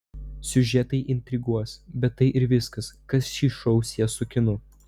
siužetai intriguos bet tai ir viskas kas šį šou sies su kinu